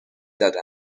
دادند